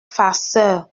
farceur